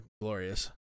glorious